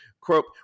Quote